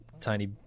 tiny